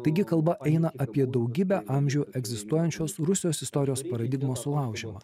taigi kalba eina apie daugybę amžių egzistuojančios rusijos istorijos paradigmos sulaužymą